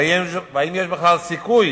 והאם יש בכלל סיכוי